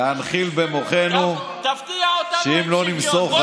להנחיל במוחנו שאם לא נמסור,